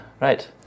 Right